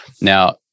now